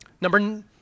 Number